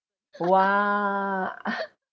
!wah!